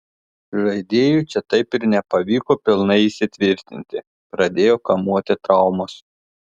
žaidėjui čia taip ir nepavyko pilnai įsitvirtinti pradėjo kamuoti traumos